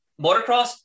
motocross